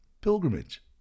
pilgrimage